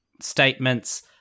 statements